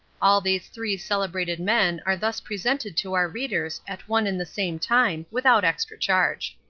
all these three celebrated men are thus presented to our readers at one and the same time without extra charge.